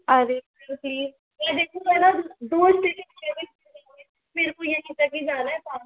अरे sir please मेरे को है ना दो स्टेशन मेरे को यही तक ही जाना है